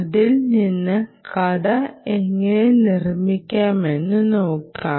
അതിൽ നിന്ന് കഥ എങ്ങനെ നിർമ്മിക്കാമെന്ന് നോക്കാം